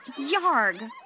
yarg